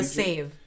save